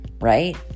right